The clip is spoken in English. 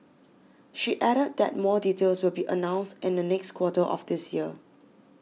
she added that more details will be announced in the next quarter of this year